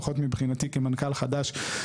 לפחות מבחינתי כמנכ"ל חדש,